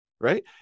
right